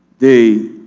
day